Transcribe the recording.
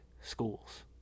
schools